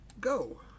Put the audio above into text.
go